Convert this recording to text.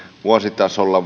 vuositasolla